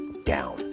down